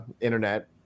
internet